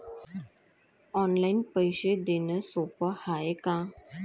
Online पैसे देण सोप हाय का?